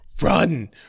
Run